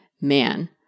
Man